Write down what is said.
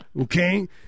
okay